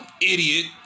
idiot